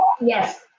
Yes